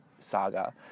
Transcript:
Saga